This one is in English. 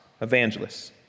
evangelists